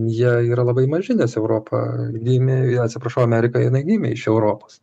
jie yra labai maži nes europa gimė atsiprašau amerika jinai gimė iš europos